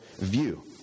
view